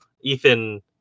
Ethan